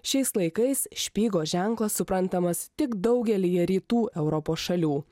šiais laikais špygos ženklas suprantamas tik daugelyje rytų europos šalių